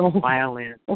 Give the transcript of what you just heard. violin